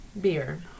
Beer